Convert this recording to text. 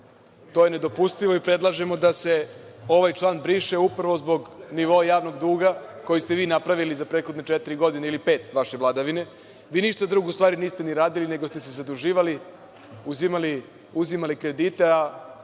To je nedopustivo i predlažemo da se ovaj član briše, upravo zbog nivoa javnog duga, koji ste vi napravili za prethodne četiri godine ili pet, vaše vladavine. Vi ništa drugo, u stvari niste ni radili, nego ste se zaduživali, uzimali kredite,